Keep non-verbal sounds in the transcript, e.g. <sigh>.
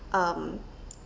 um <noise>